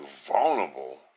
vulnerable